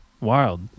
Wild